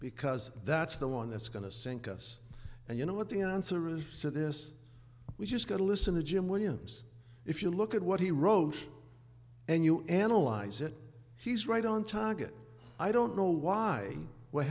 because that's the one that's going to sink us and you know what the answer is to this we just got to listen to jim williams if you look at what he wrote and you analyze it he's right on target i don't know why we're